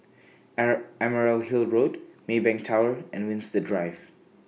Emerald Hill Road Maybank Tower and Winstedt Drive